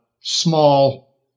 small